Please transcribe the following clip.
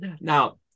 Now